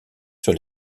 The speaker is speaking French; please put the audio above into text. sur